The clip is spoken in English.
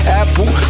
apple